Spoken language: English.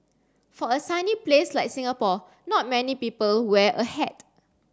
for a sunny place like Singapore not many people wear a hat